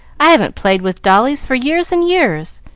i haven't played with dollies for years and years.